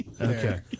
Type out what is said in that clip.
Okay